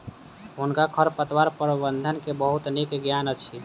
हुनका खरपतवार प्रबंधन के बहुत नीक ज्ञान अछि